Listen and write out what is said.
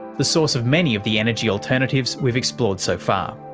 the source of many of the energy alternatives we've explored so far.